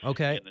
Okay